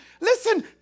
Listen